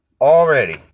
already